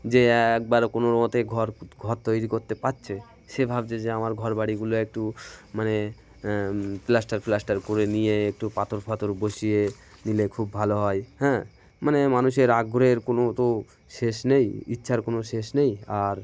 যে একবার কোনো মতে ঘর ঘর তৈরি করতে পারছে সে ভাবছে যে আমার ঘর বাড়িগুলো একটু মানে প্লাস্টার প্লাস্টার করে নিয়ে একটু পাথর ফাথর বসিয়ে নিলে খুব ভালো হয় হ্যাঁ মানে মানুষের আগ্রহের কোনো তো শেষ নেই ইচ্ছার কোনো শেষ নেই আর